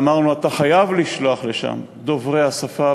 ואמרנו: אתה חייב לשלוח לשם דוברי השפה,